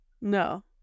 No